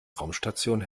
raumstation